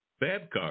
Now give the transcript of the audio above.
Babcock